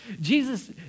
Jesus